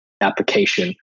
application